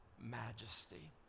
majesty